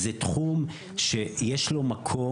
זה תחום שיש לו מקום.